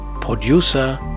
producer